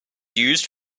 used